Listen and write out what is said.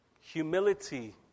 humility